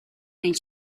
nel